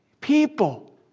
people